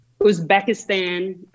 Uzbekistan